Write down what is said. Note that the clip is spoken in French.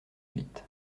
huit